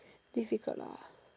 physical lah